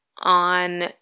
on